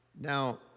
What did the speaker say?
Now